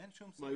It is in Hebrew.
אין שום סנקציה.